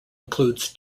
includes